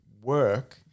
work